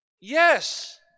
Yes